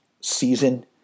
season